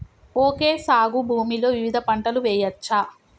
Okay సాగు భూమిలో వివిధ పంటలు వెయ్యచ్చా?